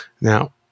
Now